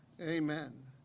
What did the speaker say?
Amen